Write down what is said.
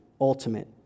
ultimate